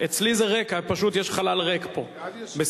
אצלי זה ריק, פשוט יש חלל ריק פה בסדר-היום.